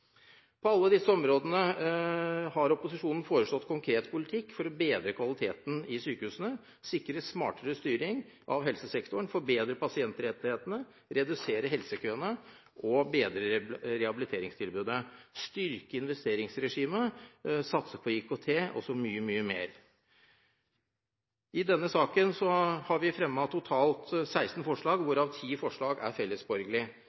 På alle disse områdene har opposisjonen foreslått konkret politikk for å bedre kvaliteten i sykehusene, sikre smartere styring av helsesektoren, forbedre pasientrettighetene, redusere helsekøene, bedre rehabiliteringstilbudet, styrke investeringsregimet, satse på IKT og mye, mye mer. I denne saken har vi fremmet totalt 16 forslag, hvorav 10 forslag er